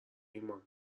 ایمان